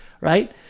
right